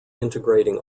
integrating